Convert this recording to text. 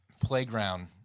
playground